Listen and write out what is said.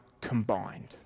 combined